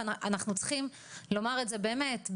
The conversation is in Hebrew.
ואנחנו צריכים לומר את זה באמת,